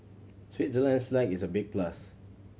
Switzerland's flag is a big plus